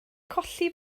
colli